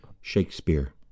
Shakespeare